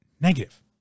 negative